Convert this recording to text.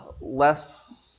less